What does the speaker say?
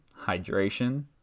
hydration